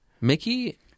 Mickey